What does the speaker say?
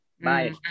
Bye